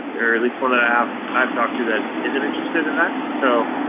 or at least one that i've i've talked to, that isn't interested in that. so,